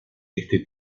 este